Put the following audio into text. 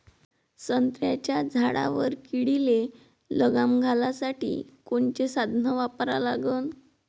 संत्र्याच्या झाडावर किडीले लगाम घालासाठी कोनचे साधनं वापरा लागन?